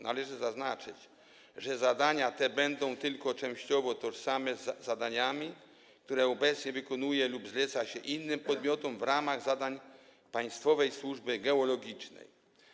Należy zaznaczyć, że zadania te będą tylko częściowo tożsame z zadaniami, które obecnie wykonuje się lub zleca się innym podmiotom w ramach zadań państwowej służby geologicznej.